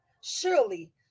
surely